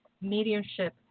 mediumship